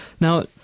now